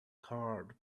carved